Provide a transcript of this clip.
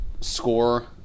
score